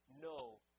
no